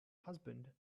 husband